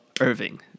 Irving